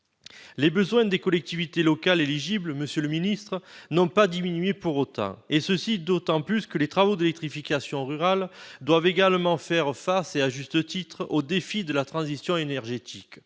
Les besoins des collectivités locales éligibles, monsieur le secrétaire d'État, n'ont pas diminué pour autant, et ce d'autant plus que les travaux d'électrification rurale doivent également prendre en compte, et à juste titre, le défi de la transition énergétique.